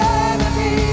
enemy